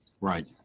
Right